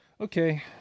Okay